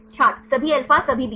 छात्र सभी अल्फा सभी बीटा